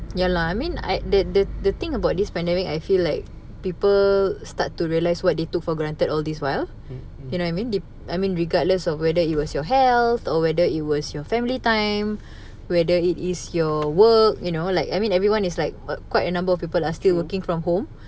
ya lah I mean I the the the thing about this pandemic I feel like people start to realise what they took for granted all this while you know what I mean I mean regardless of whether it was your health or whether it was your family time whether it is your work you know like I mean everyone is like err quite a number of people are still working from home